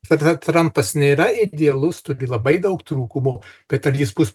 tada trampas nėra idealus turi labai daug trūkumų bet ar jis bus